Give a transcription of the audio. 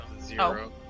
zero